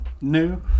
new